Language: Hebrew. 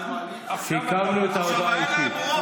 עכשיו, סיכמנו את ההודעה האישית.